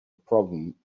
problem